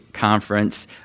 Conference